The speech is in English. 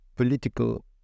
political